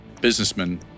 businessman